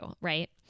right